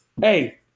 Hey